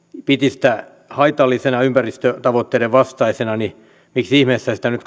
piti sitä haitallisena ympäristötavoitteiden vastaisena niin miksi ihmeessä sitä nyt